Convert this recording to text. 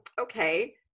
Okay